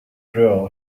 drill